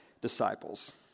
disciples